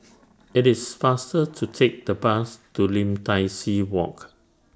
IT IS faster to Take The Bus to Lim Tai See Walk